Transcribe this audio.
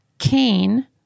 Cain